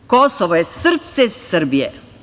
Kosovo je srce Srbije.